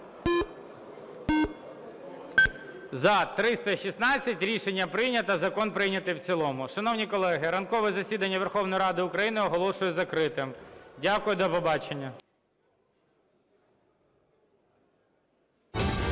За-316 Рішення прийнято. Закон прийнятий в цілому. Шановні колеги, ранкове засідання Верховної Ради України оголошую закритим. Дякую. До побачення.